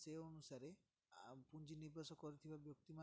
ସେ ଅନୁସାରେ ପୁଞ୍ଜି ନିବେଶ କରିଥିବା ବ୍ୟକ୍ତିମାନେ